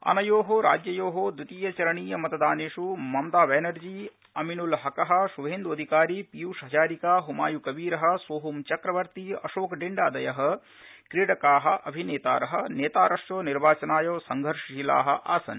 अनयो राज्ययो द्वितीयचरयीयमतदानेष् ममता बनर्जी अमिनुलहक श्रभेन्द अधिकारी पीयुषहजारिका हुमायुकबीर सोहोमचक्रवर्ती अशोकडिंडादय क्रीडका अभिनेतार नेतारश्च निर्वाचने संघर्षशीला आसन्